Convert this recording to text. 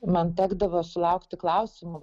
man tekdavo sulaukti klausimų